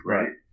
Right